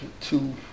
two